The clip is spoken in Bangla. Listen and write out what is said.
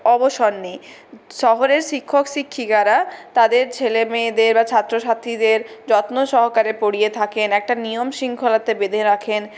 অবসর নেই শহরের শিক্ষক শিক্ষিকারা তাদের ছেলেমেয়েদের বা ছাত্রছাত্রীদের যত্ন সহকারে পড়িয়ে থাকেন একটা নিয়ম শৃঙ্খলাতে বেঁধে রাখেন